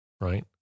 Right